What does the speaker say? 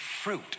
fruit